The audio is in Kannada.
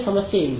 ಸಮಸ್ಯೆ ಇಲ್ಲ